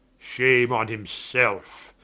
shame on himselfe,